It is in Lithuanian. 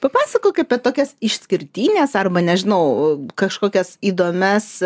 papasakok apie tokias išskirtines arba nežinau kažkokias įdomias